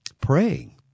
praying